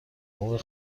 مرغ